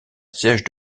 siège